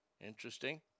Interesting